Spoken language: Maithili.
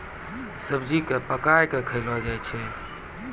सब्जी क पकाय कॅ खयलो जाय छै